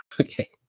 okay